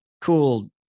cool